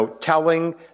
telling